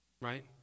right